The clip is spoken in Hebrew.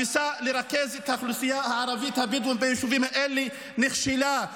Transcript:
התפיסה של לרכז את האוכלוסייה הערבית הבדואית ביישובים האלה נכשלה.